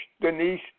Denise